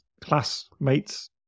classmates